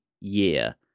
year